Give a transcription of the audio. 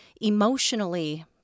emotionally